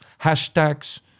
hashtags